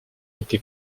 été